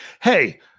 hey